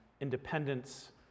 independence